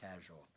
casual